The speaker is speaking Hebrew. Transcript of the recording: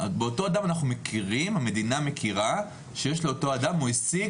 באותו אדם המדינה מכירה שאותו אדם השיג